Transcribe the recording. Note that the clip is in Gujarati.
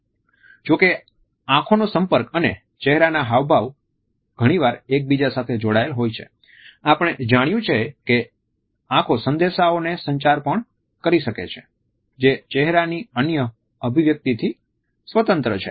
જો કે આંખોનો સંપર્ક અને ચેહરાના હાવભાવ ઘણીવાર એકબીજા સાથે જોડાયેલા હોય છે આપણે જાણ્યું છે કે આંખો સંદેશાઓનો સંચાર પણ કરી શકે છે જે ચેહરાની અન્ય અભિવ્યક્તિથી સ્વતંત્ર છે